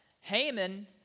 Haman